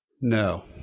No